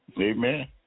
Amen